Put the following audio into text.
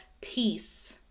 peace